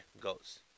goes